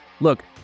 Look